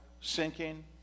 sinking